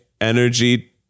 energy